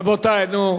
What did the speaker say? רבותי, נו,